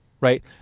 Right